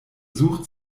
sucht